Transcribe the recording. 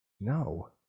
No